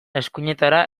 eskuinetara